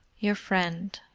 your friend,